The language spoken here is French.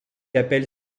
appelle